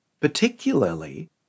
Particularly